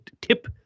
tip